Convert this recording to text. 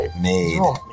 Made